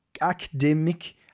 Academic